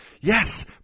Yes